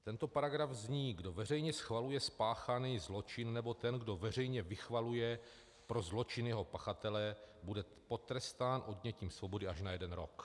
Tento paragraf zní: Kdo veřejně schvaluje spáchaný zločin, nebo ten, kdo veřejně vychvaluje pro zločin jeho pachatele, bude potrestán odnětím svobody až na jeden rok.